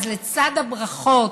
אז לצד הברכות,